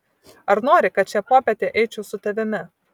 ar nori kad šią popietę eičiau su tavimi